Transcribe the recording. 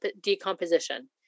decomposition